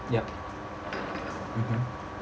yup mmhmm